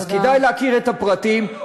אז כדאי להכיר את הפרטים,